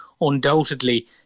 undoubtedly